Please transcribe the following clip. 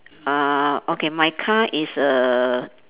uh okay my car is a